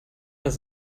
das